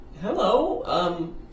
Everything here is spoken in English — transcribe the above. hello